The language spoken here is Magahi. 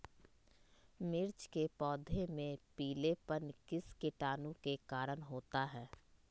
मिर्च के पौधे में पिलेपन किस कीटाणु के कारण होता है?